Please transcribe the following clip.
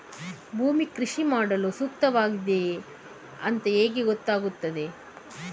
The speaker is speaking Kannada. ಭೂಮಿ ಕೃಷಿ ಮಾಡಲು ಸೂಕ್ತವಾಗಿದೆಯಾ ಅಂತ ಹೇಗೆ ಗೊತ್ತಾಗುತ್ತದೆ?